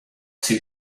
too